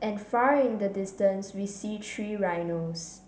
and far in the distance we see three rhinos